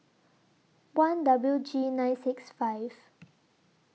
one W G nine six five